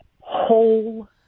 Whole